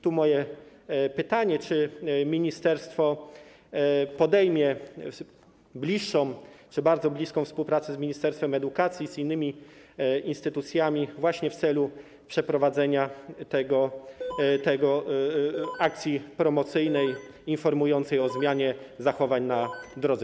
Tu moje pytanie: Czy ministerstwo podejmie bliższą lub bardzo bliską współpracę z ministerstwem edukacji i z innymi instytucjami właśnie w celu przeprowadzenia akcji promocyjnej informującej o zmianie zachowań na drodze?